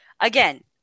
Again